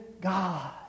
God